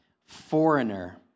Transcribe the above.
foreigner